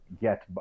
get